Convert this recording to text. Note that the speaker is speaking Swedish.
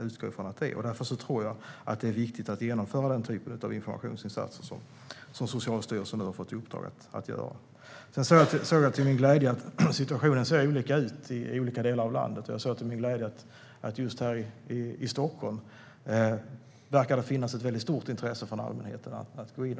utgår ifrån att det är, och därför tror jag att det är viktigt att genomföra den typen av informationsinsatser som Socialstyrelsen nu har fått i uppdrag att göra. Situationen ser olika ut i olika delar av landet. Jag såg till min glädje att det just här i Stockholm verkar finnas ett väldigt stort intresse från allmänheten att gå in.